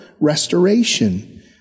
restoration